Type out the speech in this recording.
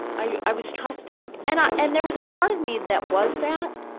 i, i was trusting. and i, and there was a part of me that was that.